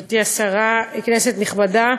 השרה, כנסת נכבדה,